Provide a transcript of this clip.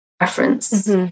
reference